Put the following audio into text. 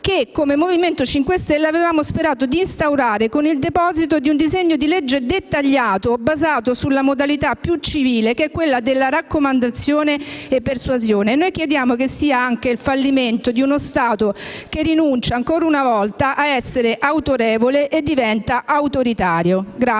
che, come Movimento 5 Stelle, avevamo sperato di instaurare con il deposito di un disegno di legge dettagliato, basato sulla modalità più civile della raccomandazione/persuasione. Crediamo che questo sia il fallimento di uno Stato che rinuncia, ancora una volta, a essere autorevole e diventa autoritario.